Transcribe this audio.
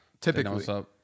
typically